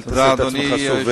אל תעשה את עצמך סובל.